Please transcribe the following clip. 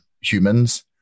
humans